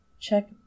check